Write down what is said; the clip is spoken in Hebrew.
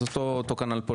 אז אותו כנ"ל פה.